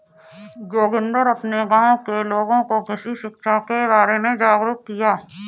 जोगिंदर अपने गांव के लोगों को कृषि शिक्षा के बारे में जागरुक किया